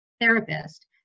therapist